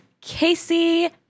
Casey